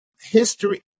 History